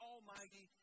Almighty